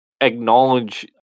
acknowledge